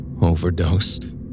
Overdosed